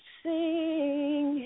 sing